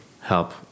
help